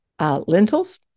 lentils